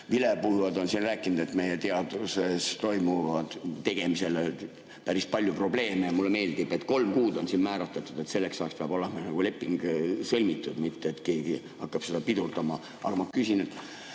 Vilepuhujad on siin rääkinud, et meie teaduse tegemisel on päris palju probleeme. Mulle meeldib, et kolm kuud on siin määratletud, et selleks ajaks peab olema leping sõlmitud, mitte et keegi hakkab seda pidurdama. Aga ma küsin: